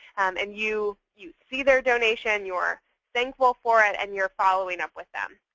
and you you see their donation. you are thankful for it, and you're following up with them.